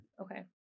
Okay